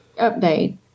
update